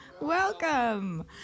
Welcome